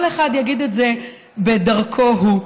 כל אחד יגיד את זה בדרכו הוא.